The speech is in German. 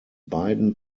beiden